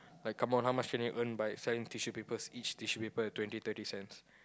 like come on how much you need even buy selling tissues papers each tissues papers twenty twenty cents